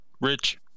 Rich